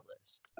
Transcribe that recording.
list